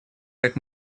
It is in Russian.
как